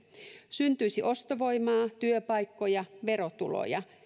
syntyisi ostovoimaa työpaikkoja verotuloja